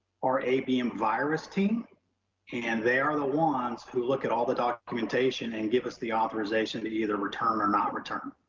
our abm virus team and they are the who look at all the documentation and give us the authorization to either return or not return.